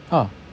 uh